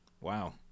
wow